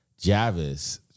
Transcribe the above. Javis